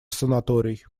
санаторий